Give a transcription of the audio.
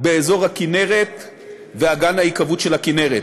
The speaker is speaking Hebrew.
במיוחד באזור הכינרת ואגן ההיקוות של הכינרת.